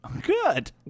Good